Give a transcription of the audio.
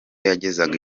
yagezaga